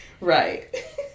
right